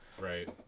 Right